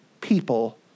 people